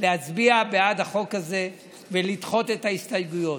להצביע בעד החוק הזה ולדחות את ההסתייגויות.